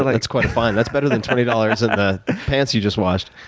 like that's quite a find. that's better than twenty dollars in the p ants you just washed.